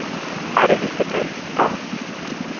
ᱟᱲᱮ ᱡᱩᱛ ᱠᱟᱛᱮᱫ ᱟᱢ